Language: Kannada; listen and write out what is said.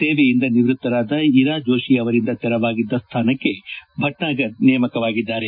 ಸೇವೆಯಿಂದ ನಿವೃತ್ತರಾದ ಇರಾ ಜೋಶಿ ಅವರಿಂದ ತೆರವಾಗಿದ್ದ ಸ್ಥಾನಕ್ಕೆ ಭಟ್ನಾಗರ್ ನೇಮಕಗೊಂಡಿದ್ದಾರೆ